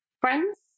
friends